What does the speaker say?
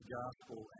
gospel